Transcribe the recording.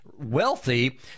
wealthy